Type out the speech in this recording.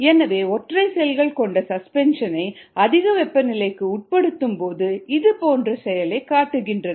எனவே ஒற்றை செல்கள் கொண்ட சஸ்பென்ஷனை அதிக வெப்பநிலைக்கு உட்படுத்தும் போது இது போன்ற செயலை காட்டுகின்றன